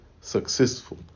successful